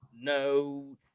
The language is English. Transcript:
no